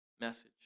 message